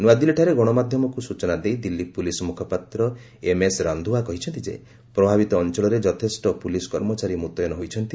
ନୂଆଦିଲ୍ଲୀଠାରେ ଗଶମାଧ୍ୟମକୁ ସୂଚନା ଦେଇ ଦିଲ୍ଲୀ ପୋଲିସ୍ ମୁଖପାତ୍ର ଏମ୍ଏସ୍ ରାନ୍ଧୋୱା କହିଛନ୍ତି ଯେ ପ୍ରଭାବିତ ଅଞ୍ଚଳରେ ଯଥେଷ୍ଟ ପୁଲିସ୍ କର୍ମଚାରୀ ମୁତୟନ ହୋଇଛନ୍ତି